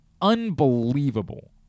unbelievable